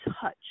touch